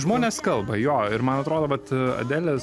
žmonės kalba jo ir man atrodo vat adelės